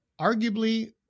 Arguably